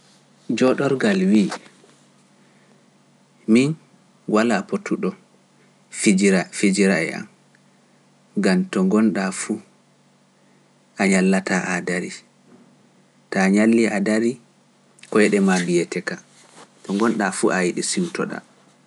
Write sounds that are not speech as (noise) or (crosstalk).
(noise) Jodorgal wi min goddo fotaayi fijira e am, gam a fottai nyalla a dari, to ngonda fu a yidi ndaroda